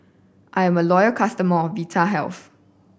I'm a loyal customer of Vitahealth